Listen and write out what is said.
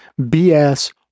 BS